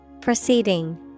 Proceeding